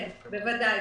כן, בוודאי.